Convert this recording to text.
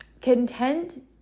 content